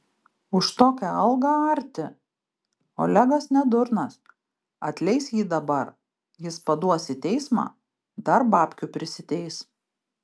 už tokią algą arti olegas ne durnas atleis jį dabar jis paduos į teismą dar babkių prisiteis